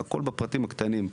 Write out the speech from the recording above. הכל בפרטים הקטנים.